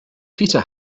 peter